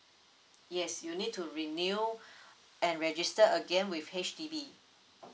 yes you need to renew and register again with H_D_B